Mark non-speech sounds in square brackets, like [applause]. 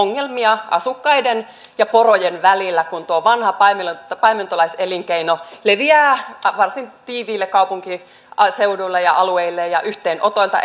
[unintelligible] ongelmia asukkaiden ja porojen välillä kun tuo vanha paimentolais elinkeino leviää varsin tiiviille kaupunkiseuduille ja alueille ja ja yhteenotoilta [unintelligible]